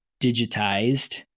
digitized